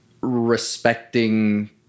respecting